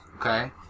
Okay